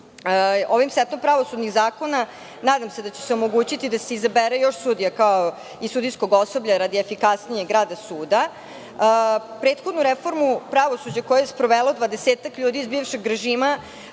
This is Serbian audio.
setom pravosudnih zakona nadam se da će se omogućiti da se izabere još sudija, kao i sudijskog osoblja radi efikasnijeg rada suda. Prethodnu reformu pravosuđa sprovelo je dvadesetak ljudi iz bivšeg režima.